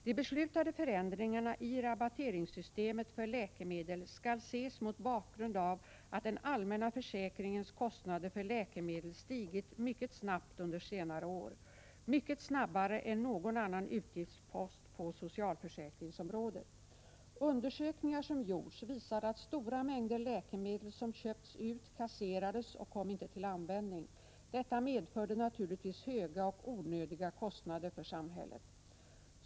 De beslutade förändringarna i rabatteringssystemet för läkemedel skall ses mot bakgrund av att den allmänna försäkringens kostnader för läkemedel stigit mycket snabbt under senare år — mycket snabbare än någon annan utgiftspost på socialförsäkringsområdet. Undersökningar som gjorts visade att stora mängder läkemedel som köpts ut kasserades och inte kom till användning. Detta medförde naturligtvis höga och onödiga kostnader för samhället.